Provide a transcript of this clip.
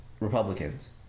Republicans